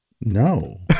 no